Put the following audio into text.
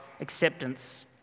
acceptance